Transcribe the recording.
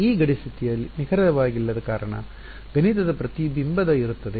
ಈ ಗಡಿ ಸ್ಥಿತಿಯು ನಿಖರವಾಗಿಲ್ಲದ ಕಾರಣ ಗಣಿತದ ಪ್ರತಿಬಿಂಬದ ಇರುತ್ತದೆ